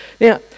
Now